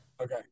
Okay